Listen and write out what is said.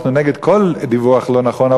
אנחנו נגד כל דיווח לא נכון,